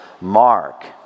Mark